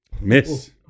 Miss